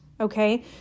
okay